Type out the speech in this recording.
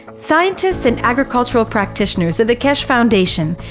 scientists and agricultural practitioners at the keshe foundation,